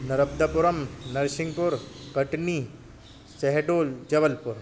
Narmadapuram Narsinghpur Katni Shahdol Jabalpur